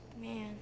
Man